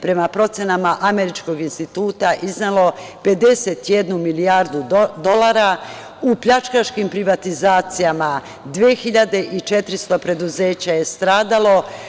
Prema procenama američkog instituta iznelo 51 milijardu dolara, u pljačkaškim privatizacijama 2.400 preduzeća je stradalo.